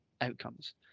outcomes